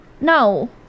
No